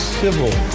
civil